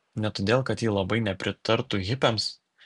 ne todėl kad ji labai nepritartų hipiams